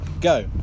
go